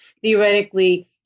Theoretically